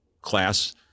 class